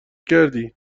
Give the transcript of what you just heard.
کردی